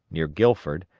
near guilford,